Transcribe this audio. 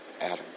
Adam